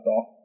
off